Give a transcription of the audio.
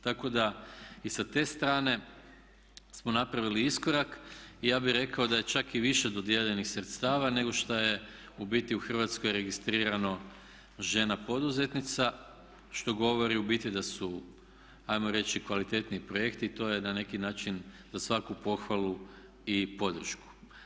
Tako da i sa te strane smo napravili iskorak i ja bih rekao da je čak i više dodijeljenih sredstava nego šta je u biti u Hrvatskoj registrirano žena poduzetnica što govori u biti da su ajmo reći kvalitetniji projekti i to je na neki način za svaku pohvalu i podršku.